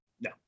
No